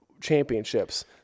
championships